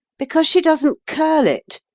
because she doesn't curl it,